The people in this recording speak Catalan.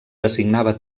designava